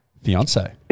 Fiance